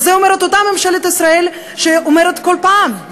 ואת זה אומרת אותה ממשלת ישראל שאומרת כל פעם,